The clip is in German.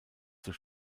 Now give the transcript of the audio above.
zur